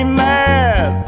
mad